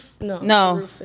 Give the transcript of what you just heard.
no